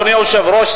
אדוני היושב-ראש,